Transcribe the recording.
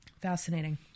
Fascinating